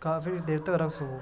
کافی دیر تک رکھ سکوں